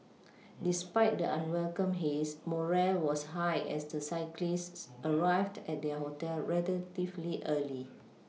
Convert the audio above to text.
despite the unwelcome haze morale was high as the cyclists arrived at their hotel relatively early